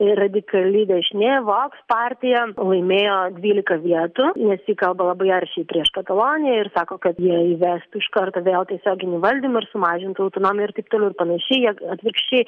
ir radikali dešinė voks partija laimėjo dvylika vietų nesikalba labai aršiai prieš kataloniją ir sako kad jie įvestų iškart vėl tiesioginį valdymą sumažintų autonomiją ir taip toliau ir panašiai jie atvirkščiai